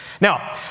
now